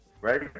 right